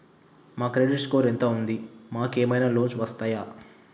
మా credit score ఎంత ఉంది? మాకు ఏమైనా లోన్స్ వస్తయా?